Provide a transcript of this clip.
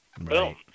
Boom